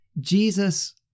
Jesus